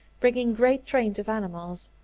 bringing great trains of animals.